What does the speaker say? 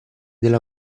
della